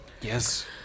Yes